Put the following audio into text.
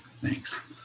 thanks